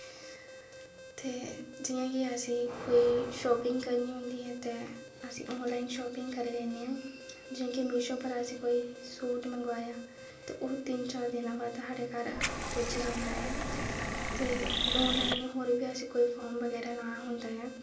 ते जि'यां की असें ई कोई शॉपिंग करनी होंदी ऐ ते अस ऑनलाइन शॉपिंग करी लैने आं जि'यां कि मीशो पर असें कोई सूट मंगवाया ते ओह् तिन्न चार दिन बाद साढ़े घर पुज्जी जंदा ऐ ते ऑनलाइन होर बी असें कोई फॉर्म बगैरा लाना होंदा ऐ